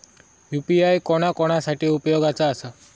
UPI कोणा कोणा साठी उपयोगाचा आसा?